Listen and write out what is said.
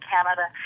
Canada